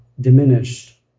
diminished